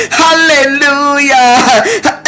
hallelujah